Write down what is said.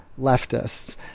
leftists